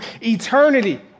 eternity